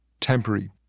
temporary